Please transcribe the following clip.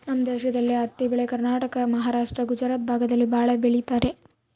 ನಮ್ ದೇಶದಲ್ಲಿ ಹತ್ತಿ ಬೆಳೆ ಕರ್ನಾಟಕ ಮಹಾರಾಷ್ಟ್ರ ಗುಜರಾತ್ ಭಾಗದಲ್ಲಿ ಭಾಳ ಬೆಳಿತರೆ